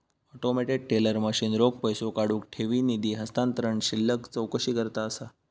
automated teller machine रोख पैसो काढुक, ठेवी, निधी हस्तांतरण, शिल्लक चौकशीकरता असा